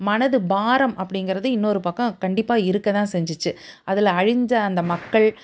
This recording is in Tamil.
மனது பாரம் அப்படிங்குறது இன்னொரு பக்கம் கண்டிப்பாக இருக்கதான் செஞ்சுச்சி அதில் அழிஞ்ச அந்த மக்கள்